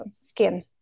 skin